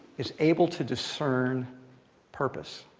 is able to discern purpose.